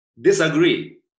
disagree